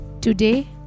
Today